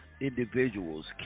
individuals